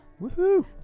Woohoo